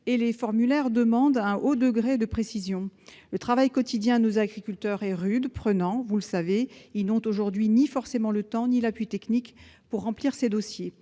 et les formulaires demandent un haut degré de précision. Le travail quotidien de nos agriculteurs est rude, prenant, vous le savez. Ils n'ont aujourd'hui ni forcément le temps ni l'appui technique pour remplir ces dossiers.